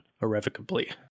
irrevocably